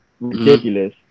Ridiculous